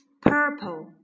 purple